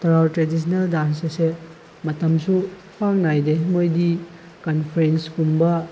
ꯇꯦꯔꯥꯎ traditional dance ꯑꯁꯦ ꯃꯇꯝꯁꯨ ꯄꯥꯛ ꯅꯥꯏꯗꯦ ꯃꯣꯏꯗꯤ ꯀꯟꯐ꯭ꯂꯦꯟꯁꯀꯨꯝꯕ